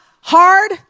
hard